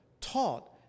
taught